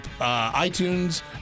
iTunes